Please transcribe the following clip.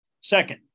Second